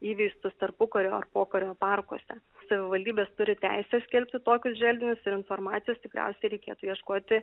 įveistus tarpukario ar pokario parkuose savivaldybės turi teisę skelbti tokius želdinius ir informacijos tikriausiai reikėtų ieškoti